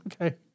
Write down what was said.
Okay